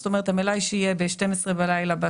המלאי שיהיה ב-31 בדצמבר בשתים עשרה בלילה.